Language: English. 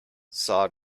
saw